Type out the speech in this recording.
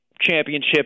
championship